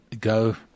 go